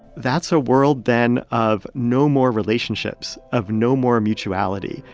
that's a world, then, of no more relationships, of no more mutuality,